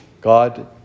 God